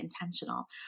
intentional